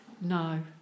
No